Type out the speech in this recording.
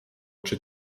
czy